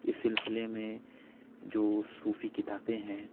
اِس سِلسلے میں جو صوفی کتابیں ہیں